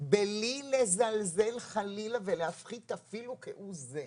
בלי לזלזל חלילה ולהפחית אפילו כהוא זה.